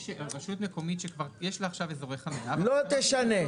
רשות מקומית שכבר יש לה אזורי חנייה --- לא תשנה.